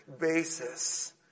basis